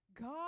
God